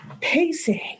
Pacing